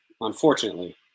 unfortunately